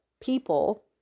people